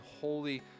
holy